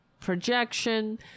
projection